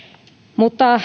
mutta